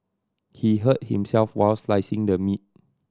he hurt himself while slicing the meat